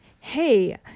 Hey